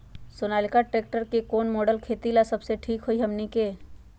Sonalika tractor के कौन model खेती ला सबसे ठीक होई हमने की?